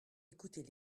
écoutez